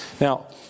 Now